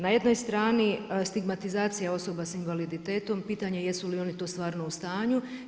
Na jednoj strani stigmatizacija osoba s invaliditetom, pitanje jesu li oni to stvarno u stanju.